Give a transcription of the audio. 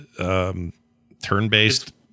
turn-based